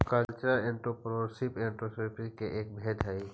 cultural entrepreneurship entrepreneurship के एक भेद हई